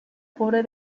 pobre